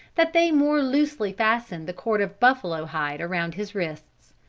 that they more loosely fastened the cord of buffalo hide around his wrists.